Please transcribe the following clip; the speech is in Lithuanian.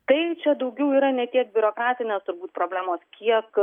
tai čia daugiau yra ne tik biurokratinė turbūt problemos kiek